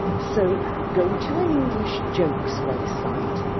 so, go to an english jokes website.